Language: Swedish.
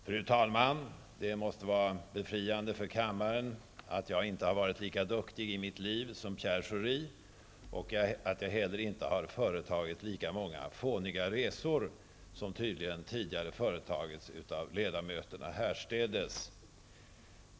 Fru talman! Det måste vara befriande för kammaren att jag inte varit lika duktig i mitt liv som Pierre Schori, och att jag inte heller företagit lika många fåniga resor, som tydligen tidigare företagits av ledamöterna härstädes.